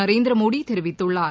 நரேந்திரமோடிதெரிவித்துள்ளார்